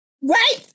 Right